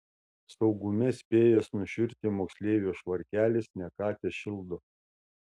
saugume spėjęs nušiurti moksleivio švarkelis ne ką tešildo